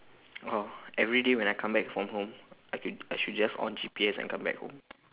oh everyday when I come back from home I could I should just on G_P_S and come back home